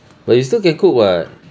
but you still can cook what